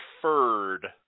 preferred